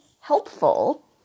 helpful